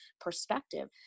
perspective